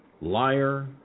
liar